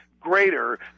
greater